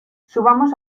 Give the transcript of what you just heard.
subamos